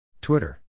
Twitter